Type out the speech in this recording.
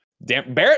Barrett